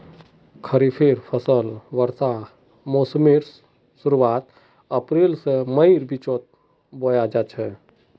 खरिफेर फसल वर्षा मोसमेर शुरुआत अप्रैल से मईर बिचोत बोया जाछे